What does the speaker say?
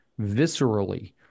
viscerally